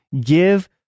Give